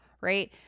Right